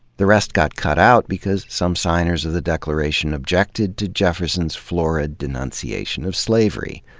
the rest got cut out because some signers of the declaration objected to jefferson's florid denunciation of slavery,